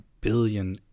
billion